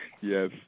Yes